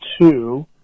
two